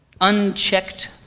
Unchecked